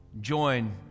join